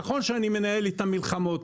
נכון שאני מנהל איתם מלחמות,